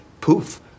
Poof